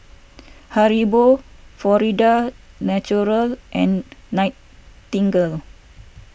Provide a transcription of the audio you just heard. Haribo Florida's Natural and Nightingale